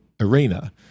arena